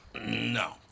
No